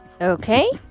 Okay